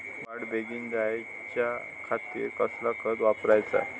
वाढ बेगीन जायच्या खातीर कसला खत वापराचा?